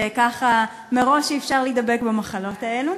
כך מראש אי-אפשר להידבק במחלות האלה.